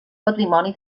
patrimoni